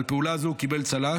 על פעולה זו הוא קיבל צל"ש.